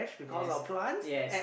yes yes